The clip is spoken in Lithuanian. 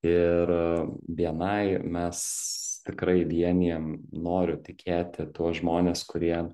ir bni mes tikrai vienijam noriu tikėti tuos žmones kurie